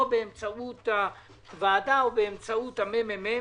או באמצעות הוועדה או באמצעות ה-ממ"מ,